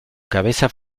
cabeza